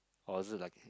or is it like